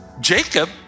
Jacob